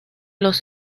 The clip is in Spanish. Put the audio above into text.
los